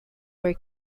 were